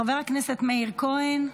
חבר הכנסת מאיר כהן,